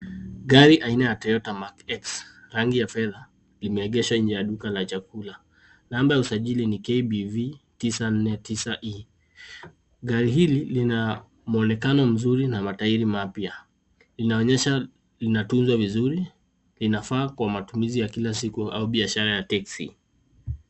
Gari aina ya Toyota Mark X, rangi ya fedha, limeegeshwa nje ya duka la chakula. Namba ya usajili ni KBV 949E. Gari hili lina mwonekano mzuri na matairi mapya. Inaonyesha linatunzwa vizuri na inafaa kwa matumizi ya kila siku au biashara ya teksi.